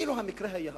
אילו המקרה היה הפוך?